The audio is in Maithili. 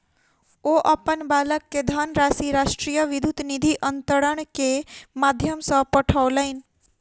ओ अपन बालक के धनराशि राष्ट्रीय विद्युत निधि अन्तरण के माध्यम सॅ पठौलैन